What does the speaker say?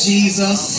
Jesus